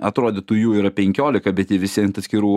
atrodytų jų yra penkiolika bet jie visi ant atskirų